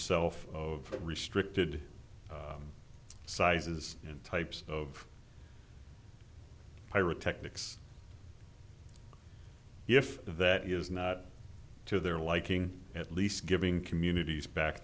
self of restricted sizes and types of pyrotechnics if that is not to their liking at least giving communities back